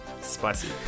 Spicy